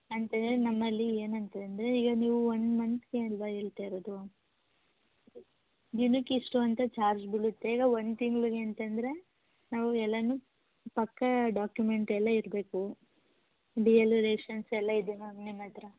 ಅಂತಂದರೆ ನಮ್ಮಲ್ಲಿ ಏನಂತಂದರೆ ಈಗ ನೀವು ಒನ್ ಮಂತ್ಗೆ ಅಲ್ಲವಾ ಹೇಳ್ತಾ ಇರೋದು ದಿನಕ್ಕೆ ಇಷ್ಟು ಅಂತ ಚಾರ್ಜ್ ಬೀಳುತ್ತೆ ಈಗ ಒಂದು ತಿಂಗ್ಳಿಗೆ ಅಂತಂದರೆ ನಾವು ಎಲ್ಲನೂ ಪಕ್ಕಾ ಡಾಕ್ಯುಮೆಂಟ್ ಎಲ್ಲ ಇರಬೇಕು ಡಿ ಎಲ್ಲು ಲೈಸೆನ್ಸ್ ಎಲ್ಲ ಇದೆಯಾ ನಿಮ್ಮ ಹತ್ತಿರ